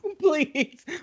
Please